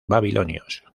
babilonios